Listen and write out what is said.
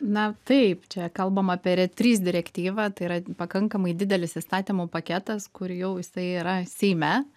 na taip čia kalbama apie red trys direktyvą tai yra pakankamai didelis įstatymų paketas kur jau jisai yra seime